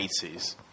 80s